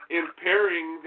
impairing